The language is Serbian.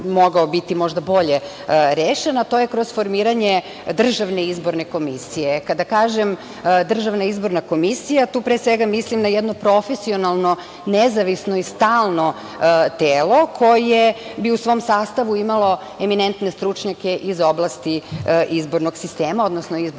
možda biti bolje rešen, a to je kroz formiranje državne izborne komisije. Kada kažem, državna izborna komisija, tu pre svega mislim na jedno profesionalno nezavisno i stalno telo koje bi u svom sastavu imalo eminentne stručnjake iz oblasti izbornog sistema, odnosno izbornog